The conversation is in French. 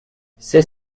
c’est